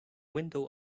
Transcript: window